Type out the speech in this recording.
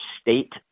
state